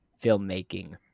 filmmaking